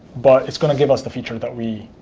but it's going to give us the feature that we